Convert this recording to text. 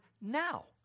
now